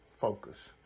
focus